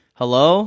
hello